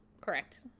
correct